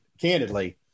Candidly